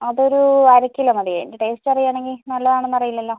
അത് ഒരു അരകിലോ മതി അതിൻ്റെ ടേസ്റ്റ് അറിയണമെങ്കിൽ നല്ലത് ആണെന്ന് അറിയില്ലല്ലോ